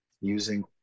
using